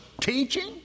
teaching